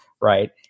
right